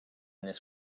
this